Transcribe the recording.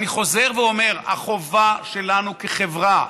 אני חוזר ואומר, החובה שלנו כחברה,